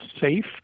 safe